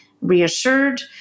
reassured